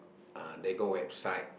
uh they go website